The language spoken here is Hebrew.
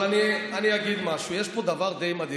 כל החברים שלך ------ אבל אני אגיד משהו: יש פה דבר די מדהים.